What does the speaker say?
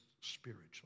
spiritually